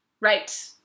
Right